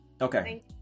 okay